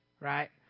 right